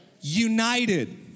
United